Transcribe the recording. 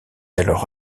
alors